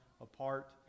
apart